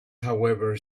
however